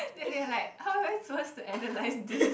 then they like how am I supposed to analyze this